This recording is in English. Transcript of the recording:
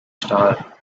star